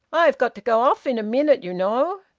i've got to go off in a minute, you know.